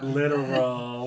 literal